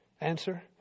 Answer